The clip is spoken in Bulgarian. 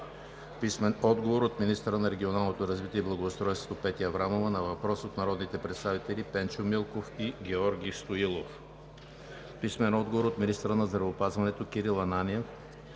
Ибрямов; - министъра на регионалното развитие и благоустройството – Петя Аврамова, на въпрос от народните представители Пенчо Милков и Георги Стоилов; - министъра на здравеопазването – Кирил Ананиев,